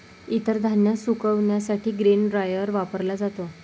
इतर धान्य सुकविण्यासाठी ग्रेन ड्रायर वापरला जातो